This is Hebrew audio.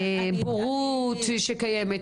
בורות שקיימת,